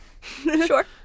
Sure